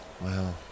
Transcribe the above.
Wow